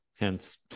Hence